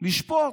לשפוט